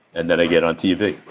and then i get on tv.